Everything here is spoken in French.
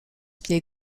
pied